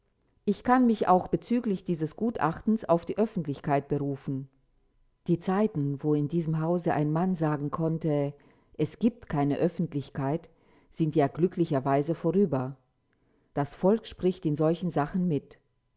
ich kann mich auch bezüglich dieses gutachtens auf die öffentlichkeit berufen die zeiten wo in diesem hause ein mann sagen konnte es gibt keine öffentlichkeit sind ja glücklicherweise vorüber das volk spricht in solchen sachen mit